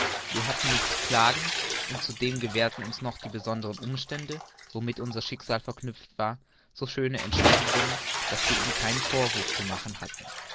wir hatten nicht zu klagen und zudem gewährten uns noch die besonderen umstände womit unser schicksal verknüpft war so schöne entschädigung daß wir ihm keinen vorwurf zu machen hatten